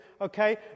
okay